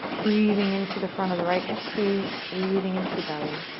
breathing into the front of the right hip crease, breathing into the belly.